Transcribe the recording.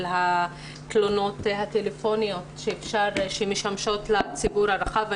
התלונות הטלפוניות שמשמשות לציבור הרחב.